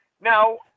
Now